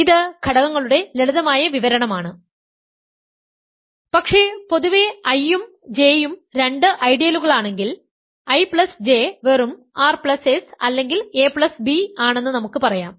ഇത് ഘടകങ്ങളുടെ ലളിതമായ വിവരണമാണ് പക്ഷേ പൊതുവേ I ഉം J ഉം രണ്ട് ഐഡിയലുകളാണെങ്കിൽ I J വെറും r s അല്ലെങ്കിൽ ab ആണെന്ന് നമുക്ക് പറയാം